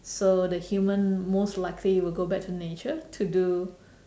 so the human most likely will go back to nature to do